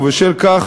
ובשל כך